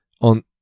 on